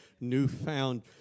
newfound